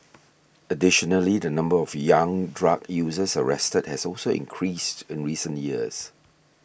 additionally the number of young drug users arrested has also increased in recent years